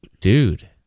dude